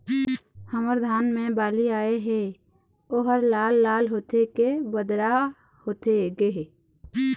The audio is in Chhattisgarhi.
हमर धान मे बाली आए हे ओहर लाल लाल होथे के बदरा होथे गे हे?